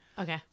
okay